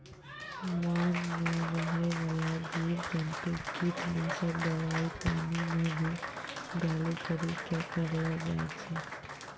मान मे रहै बाला जिव जन्तु किट नाशक दवाई पानी मे भी डाली करी के करलो जाय छै